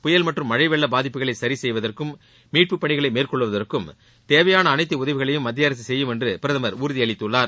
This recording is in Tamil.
புயல் மற்றும் மழை வெள்ள பாதிப்புகளை சரிசெய்வதற்கும் மீட்பு பணிகளை மேற்கொள்வதற்கும் தேவையான அனைத்து உதவிகளையும் மத்திய அரசு செய்யும் என்று பிரதமர் உறுதியளித்துள்ளார்